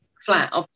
flat